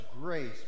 grace